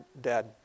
dead